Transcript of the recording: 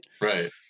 right